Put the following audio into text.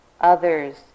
others